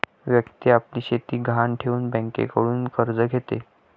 व्यक्ती आपली शेती गहाण ठेवून बँकेकडून कर्ज घेते